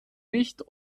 nicht